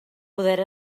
poder